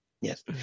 Yes